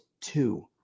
two